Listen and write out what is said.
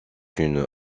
une